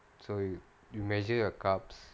so yo~ you measure your carbohydrates